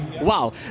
Wow